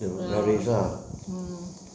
ya mm